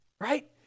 right